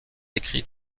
écrits